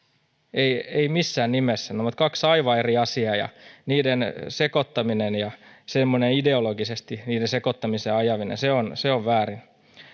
ei ei missään nimessä ne ovat kaksi aivan eri asiaa ja niiden sekoittaminen ja ideologisesti semmoinen niiden sekoittamisen ajaminen on väärin